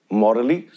morally